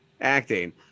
acting